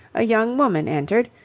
a young woman entered,